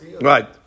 Right